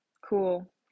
Cool